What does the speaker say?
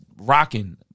rocking